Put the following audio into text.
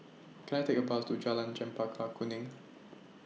Can I Take A Bus to Jalan Chempaka Kuning